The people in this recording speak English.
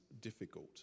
difficult